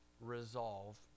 Resolve